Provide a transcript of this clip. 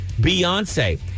Beyonce